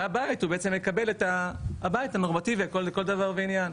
בית הוא בעצם מקבל את הבית הנורמטיבי לכל דבר ועניין.